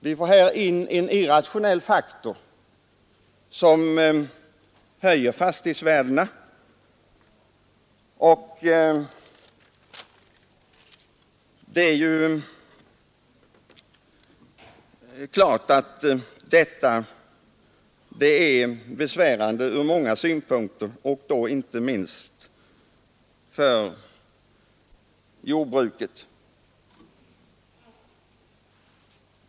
Vi får in en irrationell faktor som höjer fastighetsvärdena, och det är naturligtvis besvärande från många synpunkter, inte minst för jordbruket.